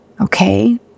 Okay